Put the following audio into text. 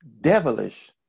devilish